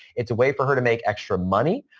it's a way for her to make extra money.